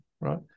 Right